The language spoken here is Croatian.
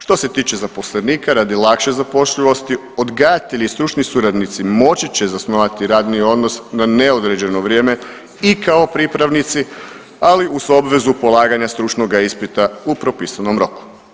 Što se tiče zaposlenika, radi lakše zapošljivosti odgajatelji i stručni suradnici moći će zasnovati radni odnos na neodređeno vrijeme i kao pripravnici, ali uz obvezu polaganja stručnoga ispita u propisanom roku.